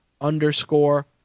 underscore